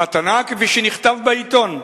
המתנה, כפי שנכתב בעיתון: